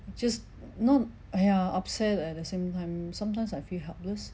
just not !aiya! upset at the same time sometimes I feel helpless